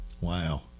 Wow